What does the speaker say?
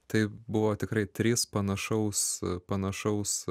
tai buvo tikrai trys panašaus panašaus